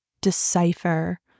decipher